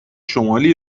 شمالی